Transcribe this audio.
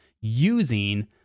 using